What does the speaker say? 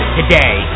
today